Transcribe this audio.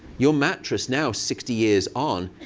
your mattress now, sixty years on,